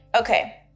Okay